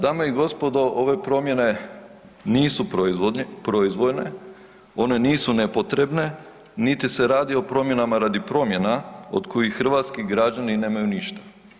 Dame i gospodo, ove promjene nisu proizvoljne, one nisu nepotrebne, niti se radi o promjenama radi promjena od kojih hrvatski građani nemaju ništa.